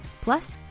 Plus